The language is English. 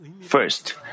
First